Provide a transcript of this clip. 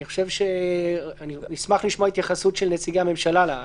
אני אשמח לשמוע התייחסות של נציגי הממשלה.